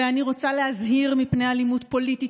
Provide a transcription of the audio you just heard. ואני רוצה להזהיר מפני אלימות פוליטית